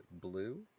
blue